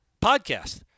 podcast –